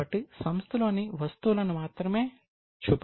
కాబట్టి సంస్థలోని వస్తువులను మాత్రమే చూపాలి